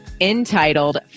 entitled